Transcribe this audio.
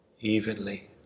evenly